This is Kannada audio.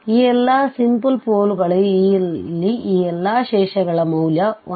ಈ ಎಲ್ಲಾ ಸಿಂಪಲ್ ಪೋಲ್ ಗಳಲ್ಲಿ ಈ ಎಲ್ಲಾ ಶೇಷಗಳ ಮೌಲ್ಯ 110